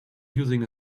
using